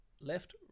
left